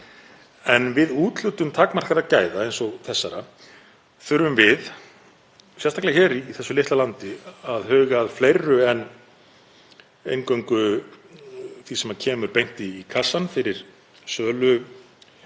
En við úthlutun takmarkaðra gæða eins og þessara þurfum við, sérstaklega í þessu litla landi, að huga að fleiru en eingöngu því sem kemur beint í kassann fyrir sölu á